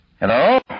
Hello